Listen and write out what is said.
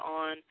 on